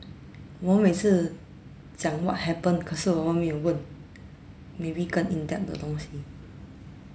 我们每次讲 what happened 可是我们没有问 maybe 更 in depth 的东西